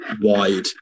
wide